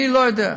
אני לא יודע.